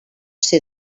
ser